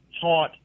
taught